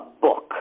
book